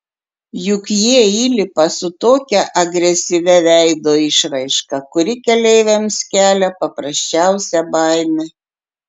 juk jie įlipa su tokia agresyvia veido išraiška kuri keleiviams kelia paprasčiausią baimę